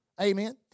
Amen